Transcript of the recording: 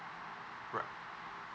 right